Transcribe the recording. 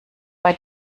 bei